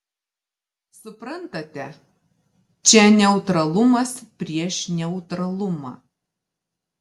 suprantate čia neutralumas prieš neutralumą